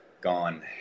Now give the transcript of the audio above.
gone